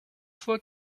fois